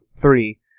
three